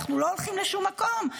אנחנו לא הולכים לשום מקום.